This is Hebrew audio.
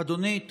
אדוני,